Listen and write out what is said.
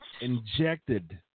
injected